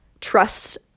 trust